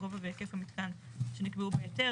גובה והיקף המיתקן שנקבעו בהיתר,